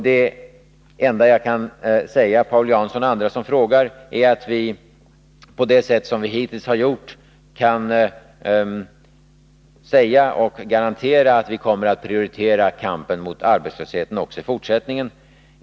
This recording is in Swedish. Det enda jag kan säga Paul Jansson och andra som frågar är att vi, på det sätt som vi hittills har gjort, kan säga och garantera att vi kommer att prioritera kampen mot arbetslösheten också i fortsättningen.